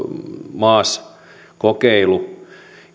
maas kokeilu